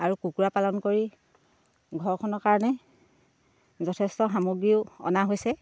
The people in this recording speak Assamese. আৰু কুকুৰা পালন কৰি ঘৰখনৰ কাৰণে যথেষ্ট সামগ্ৰীও অনা হৈছে